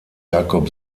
jacob